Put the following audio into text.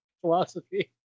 philosophy